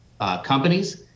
companies